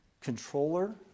controller